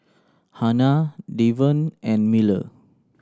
Hanna Devon and Miller